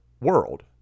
world